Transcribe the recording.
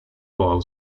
wołał